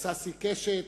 ששי קשת,